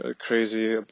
crazy